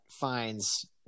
finds